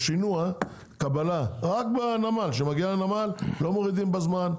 רק בגלל שכשזה מגיע לנמל לא מורידים בזמן,